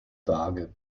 waage